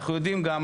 אנחנו יודעים גם.